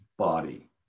Body